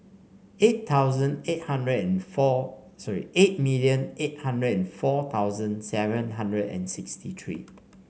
eight thousand eight hundred and four three eight million eight hundred and four thousand seven hundred and sixty three